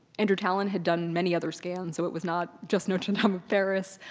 andrew tallon had done many other scans, so it was not just notre-dame um of paris.